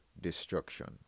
destruction